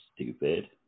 stupid